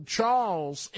Charles